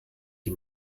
die